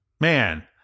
Man